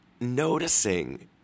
noticing